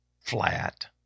flat